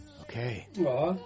Okay